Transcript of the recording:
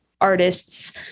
artists